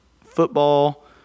football